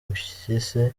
impyisi